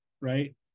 right